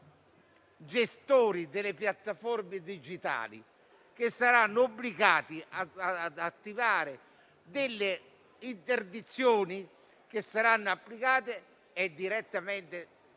sui gestori delle piattaforme digitali, che saranno obbligati ad attivare delle interdizioni da applicare direttamente